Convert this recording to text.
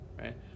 right